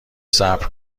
صبر